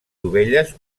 dovelles